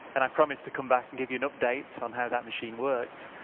and i promised to come back and give you an update on how that machine worked.